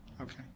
Okay